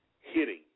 hitting